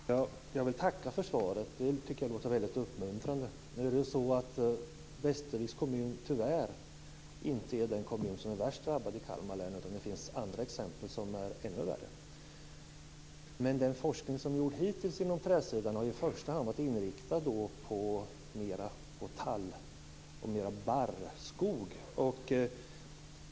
Herr talman! Jag vill tacka för svaret. Jag tycker att det låter väldigt uppmuntrande. Nu är det väl så att Västerviks kommun tyvärr inte är den kommun som är värst drabbad i Kalmar län. Det finns andra exempel som är ännu värre. Den forskning som har gjorts hittills på träsidan har i första hand varit inriktad mer på tallskog och barrskog.